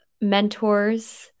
mentors